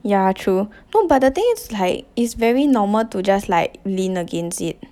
yeah true no but the thing is like is very normal to just like lean against it